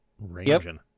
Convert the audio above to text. ranging